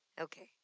Okay